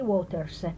Waters